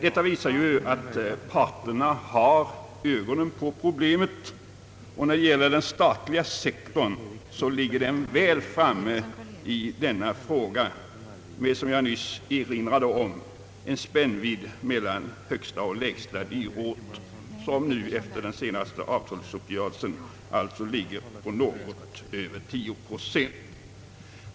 Detta visar ju att parterna har Öögonen på problemet. Den statliga sektorn ligger väl framme i denna fråga med — som jag nyss erinrade om — en spännvidd mellan högsta och lägsta ortsgrupp på något över 10 procent efter den senaste avtalsuppgörelsen.